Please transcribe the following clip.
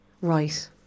Right